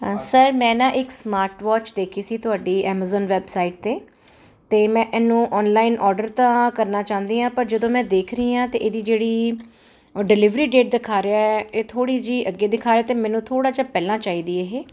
sir ਮੈਂ ਨਾ ਇੱਕ ਸਮਾਰਟ ਵਾਚ ਦੇਖੀ ਸੀ ਤੁਹਾਡੀ ਐਮਾਜ਼ੋਨ ਵੈਬਸਾਈਟ 'ਤੇ ਅਤੇ ਮੈਂ ਇਹਨੂੰ ਆਨਲਾਈਨ ਆਰਡਰ ਤਾਂ ਕਰਨਾ ਚਾਹੁੰਦੀ ਹਾਂ ਪਰ ਜਦੋਂ ਮੈਂ ਦੇਖ ਰਹੀ ਹਾਂ ਤਾਂ ਇਹਦੀ ਜਿਹੜੀ ਡਿਲੀਵਰੀ ਡੇਟ ਦਿਖਾ ਰਿਹਾ ਇਹ ਥੋੜ੍ਹੀ ਜਿਹੀ ਅੱਗੇ ਦਿਖਾ ਰਿਹਾ ਅਤੇ ਮੈਨੂੰ ਥੋੜ੍ਹਾ ਜਿਹਾ ਪਹਿਲਾਂ ਚਾਹੀਦੀ ਇਹ